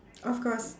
of course